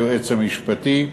היועץ המשפטי,